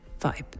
vibe